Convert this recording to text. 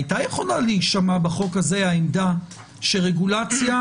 הייתה יכולה להישמע בחוק הזה העמדה שהתוקף של רגולציה